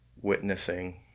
witnessing